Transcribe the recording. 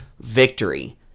victory